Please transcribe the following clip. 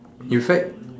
in fact